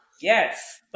Yes